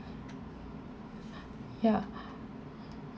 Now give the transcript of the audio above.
ya